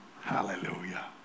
Hallelujah